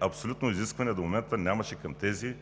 Абсолютно никакви изисквания нямаше до момента към тези